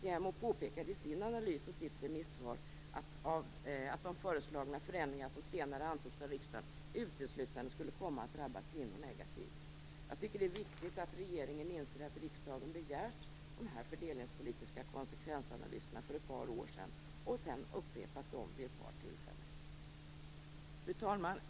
JämO påpekade i sin analys och sitt remissvar att de föreslagna förändringarna, som senare antogs av riksdagen, uteslutande skulle komma att drabba kvinnor negativt. Jag tycker att det är viktigt att regeringen inser att riksdagen begärt de här fördelningspolitiska konsekvensanalyserna för ett par år sedan och sedan upprepat det vid ett par tillfällen. Fru talman!